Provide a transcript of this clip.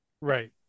right